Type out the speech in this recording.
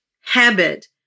habit